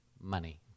money